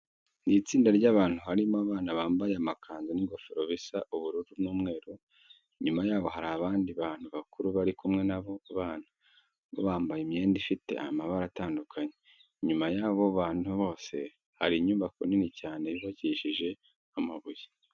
Ni itsinda ry'abantu harimo abana bambaye amakanzu n'ingofero bisa ubururu n'umweru. Inyuma yabo hari abandi bantu bakuru bari kumwe n'abo bana, bo bambaye imyenda ifite amabara atandukanye. Inyuma y'abo bantu bose hari inyubako nini cyane yubakishije amabuye.